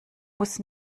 muss